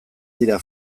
dira